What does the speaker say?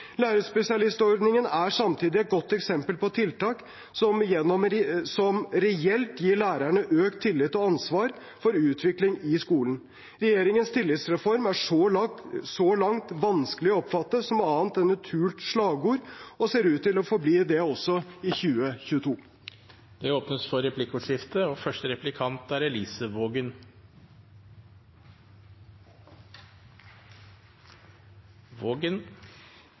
Lærerspesialistordningen er samtidig et godt eksempel på tiltak som reelt gir lærerne økt tillit og ansvar for utvikling i skolen. Regjeringens tillitsreform er så langt vanskelig å oppfatte som annet enn et hult slagord – og ser ut til å forbli det også i 2022. Det blir replikkordskifte.